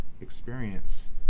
experience